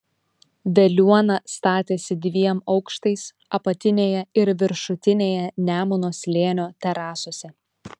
veliuona statėsi dviem aukštais apatinėje ir viršutinėje nemuno slėnio terasose